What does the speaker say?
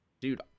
dude